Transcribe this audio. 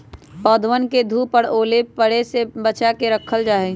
पौधवन के धूप और ओले पड़े से बचा के रखल जाहई